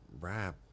rap